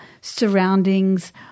surroundings